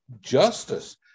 justice